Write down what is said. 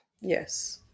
Yes